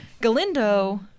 Galindo